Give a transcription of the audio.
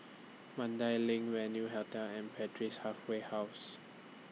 Mandai LINK Venue Hotel and Halfway House